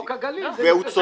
חוק הגליל זה שנתיים וחצי.